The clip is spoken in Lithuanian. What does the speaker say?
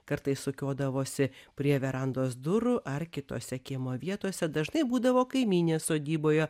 kartais sukiodavosi prie verandos durų ar kitose kiemo vietose dažnai būdavo kaimynė sodyboje